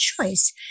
choice